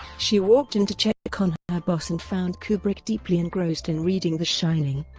she walked in to check on her boss and found kubrick deeply engrossed in reading the shining.